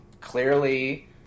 clearly